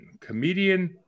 comedian